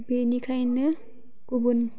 बेनिखायनो गुबुन